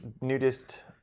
Nudist